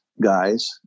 guys